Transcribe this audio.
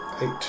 Eight